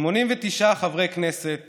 89 חברי כנסת